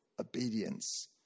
obedience